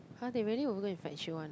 !huh! they really over go and fetch you [one] ah